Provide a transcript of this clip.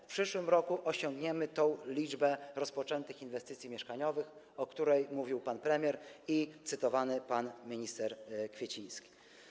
W przyszłym roku osiągniemy tę liczbę rozpoczętych inwestycji mieszkaniowych, o której mówił pan premier i cytowany pan minister Kwieciński.